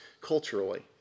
culturally